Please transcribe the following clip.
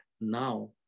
now